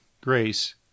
Grace